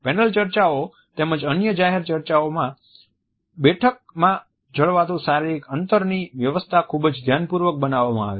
panel ચર્ચાઓ તેમજ અન્ય જાહેર ચર્ચાઓમાં બેઠકમાં જળવાતું શારીરિક અંતરની વ્યવસ્થા ખૂબ જ ધ્યાનપૂર્વક બનાવવામાં આવે છે